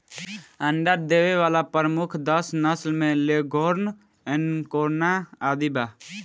अंडा देवे वाला प्रमुख दस नस्ल में लेघोर्न, एंकोना आदि बा